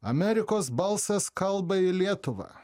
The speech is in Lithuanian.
amerikos balsas kalba į lietuvą